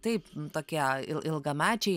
taip tokie ilgamečiai